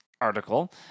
article